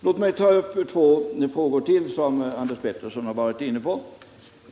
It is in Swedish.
Låt mig ta upp några frågor till, som Karl-Anders Petersson har varit inne på.